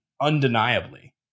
undeniably